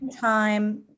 time